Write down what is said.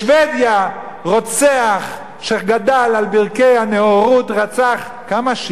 בשבדיה רוצח שגדל על ברכי הנאורות רצח כמה,